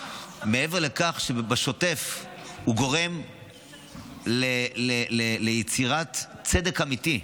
מעבר לכך שבשוטף הוא גורם ליצירת צדק אמיתי,